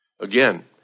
Again